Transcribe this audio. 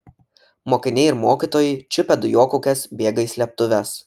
mokiniai ir mokytojai čiupę dujokaukes bėga į slėptuves